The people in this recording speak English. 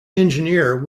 engineer